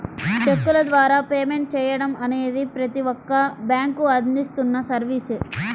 చెక్కుల ద్వారా పేమెంట్ చెయ్యడం అనేది ప్రతి ఒక్క బ్యేంకూ అందిస్తున్న సర్వీసే